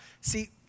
See